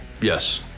Yes